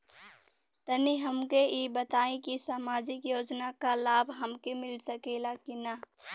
तनि हमके इ बताईं की सामाजिक योजना क लाभ हमके मिल सकेला की ना?